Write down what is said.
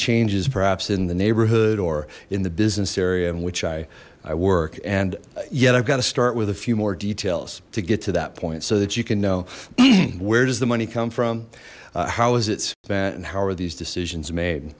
changes perhaps in the neighborhood or in the business area and which i i work and yet i've got to start with a few more details to get to that point so that you can know where does the money come from how is it spent and how are these decisions made